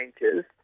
changes